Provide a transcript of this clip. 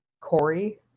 Corey